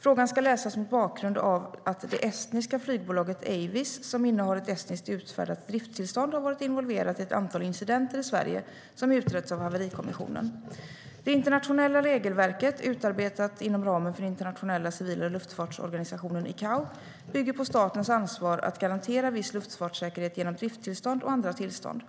Frågan ska läsas mot bakgrund av att det estniska flygbolaget Avies, som innehar ett estniskt utfärdat driftstillstånd, varit involverat i ett antal incidenter i Sverige som utretts av Haverikommissionen.Det internationella regelverket, utarbetat inom ramen för Internationella civila luftfartsorganisationen, Icao, bygger på statens ansvar att garantera viss luftfartssäkerhet genom driftstillstånd och andra tillstånd.